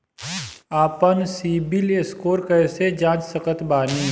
आपन CIBIL score कैसे जांच सकत बानी?